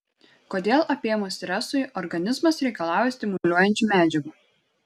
kodėl apėmus stresui organizmas reikalauja stimuliuojančių medžiagų